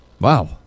Wow